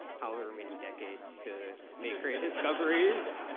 however many decades to make great discoveries?